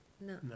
No